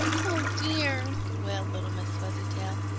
oh, dear, wailed little miss fuzzytail.